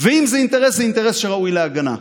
ואם זה אינטרס, זה אינטרס שראוי להגנה.